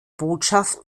botschaft